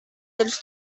dels